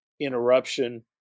interruption